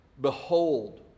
Behold